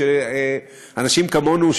שאנשים כמונו,